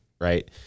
right